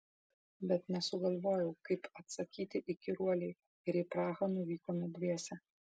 bet nesugalvojau kaip atsakyti įkyruolei ir į prahą nuvykome dviese